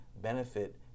benefit